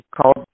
called